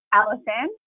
Alison